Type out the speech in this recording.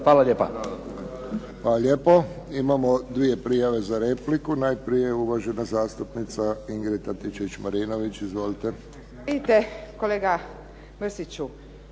Hvala lijepo. Imamo dvije prijave za repliku. Najprije uvažena zastupnica Ingrid Antičević-Marinović. Izvolite.